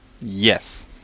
Yes